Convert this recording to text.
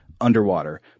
underwater